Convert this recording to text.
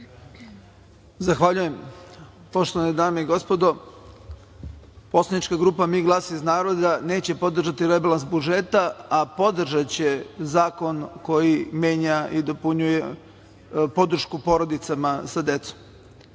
Zahvaljujem. Poštovane dame i gospodo, poslanička grupa Mi glas iz naroda neće podržati rebalans budžeta, a podržaće zakon koji menja i dopunjuje podršku porodicama sa decom